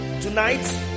tonight